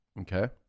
Okay